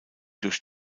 durch